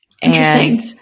Interesting